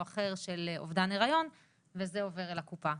אחר עברה אובדן היריון וזה עובר אל הקופה.